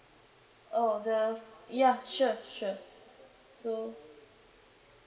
oh the ya sure sure so